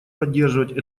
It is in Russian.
поддерживать